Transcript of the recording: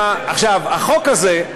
עכשיו, החוק הזה,